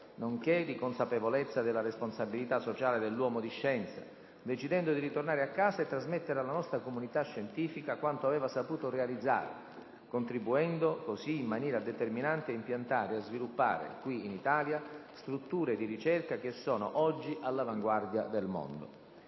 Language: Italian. nonché di consapevolezza della responsabilità sociale dell'uomo di scienza, decidendo di tornare a casa e trasmettere alla nostra comunità scientifica quanto aveva saputo realizzare, contribuendo così in maniera determinante a impiantare e a sviluppare qui in Italia strutture di ricerca che sono oggi all'avanguardia nel mondo.